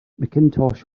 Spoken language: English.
mcintosh